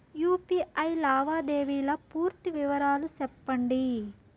UPI లావాదేవీల పూర్తి వివరాలు సెప్పండి?